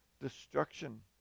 destruction